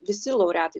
visi laureatai